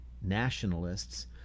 nationalists